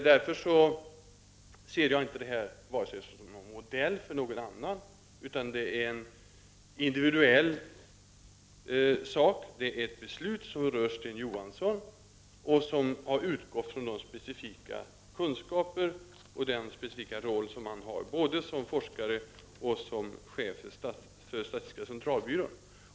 Därför ser jag inte att det här är en modell för någon annan, utan det är ett individuellt beslut som rör den nuvarande chefen för SCB och som har utgått från de specifika kunskaper och den specifika roll som han har både som forskare och som chef för statistiska centralbyrån.